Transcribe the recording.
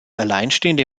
alleinstehende